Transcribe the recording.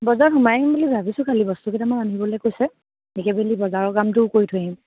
বজাৰত সোমাই আহিম বুলি ভাবিছোঁ খালী বস্তু কেইটামান আনিবলৈ কৈছে একেবেলি বজাৰৰ কামটোও কৰি থৈ আহিম